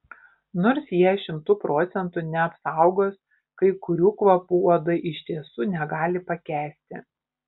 nors jie šimtu procentų neapsaugos kai kurių kvapų uodai iš tiesų negali pakęsti